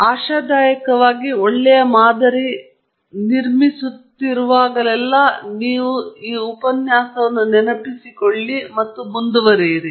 ಆದ್ದರಿಂದ ಆಶಾದಾಯಕವಾಗಿ ಒಳ್ಳೆಯ ಮಾದರಿ ಮಾಡುತ್ತಿರುವಾಗಲೆಲ್ಲ ನೀವು ಉಪನ್ಯಾಸವನ್ನು ಅನುಭವಿಸುತ್ತಿದ್ದೀರಿ